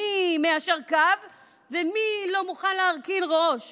מי מיישר קו ומי לא מוכן להרכין ראש.